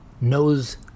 knows